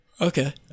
Okay